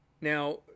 Now